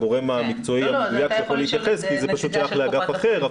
אני לא הגורם המקצועי המדויק שיכול להתייחס כי זה פשוט שייך לאגף אחר,